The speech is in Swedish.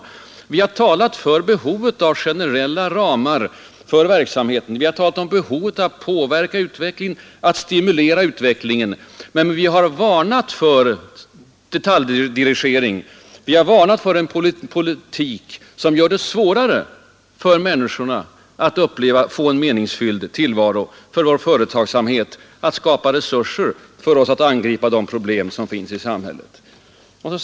Tvärtom har vi talat om behovet av sådana generella ramregler och behovet av att påverka och stimulera utvecklingen, men vi har varnat för detaljdirigering. Vi har också varnat för en politik, som gör det svårare för människorna att få en meningsfylld tillvaro som gör det svårare för vår företagsamhet, svårare att skapa resurser för att angripa de många samhällsproblemen.